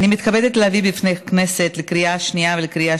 אני מתכבדת להביא בפני הכנסת לקריאה השנייה ולקריאה